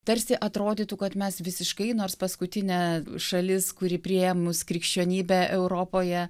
tarsi atrodytų kad mes visiškai nors paskutinė šalis kuri priėmus krikščionybę europoje